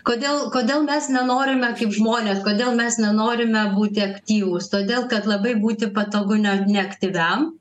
kodėl kodėl mes nenorime kaip žmonės kodėl mes nenorime būti aktyvūs todėl kad labai būti patogu ne neaktyviam